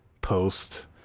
post